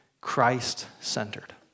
Christ-centered